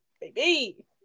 baby